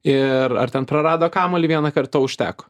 ir ar ten prarado kamuolį vienąkart to užteko